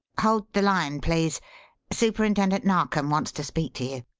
hold the line, please superintendent narkom wants to speak to you.